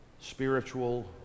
spiritual